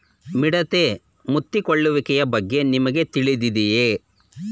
ಮಿಡತೆ ಮುತ್ತಿಕೊಳ್ಳುವಿಕೆಯ ಬಗ್ಗೆ ನಿಮಗೆ ತಿಳಿದಿದೆಯೇ?